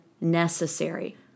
necessary